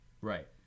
Right